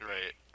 Right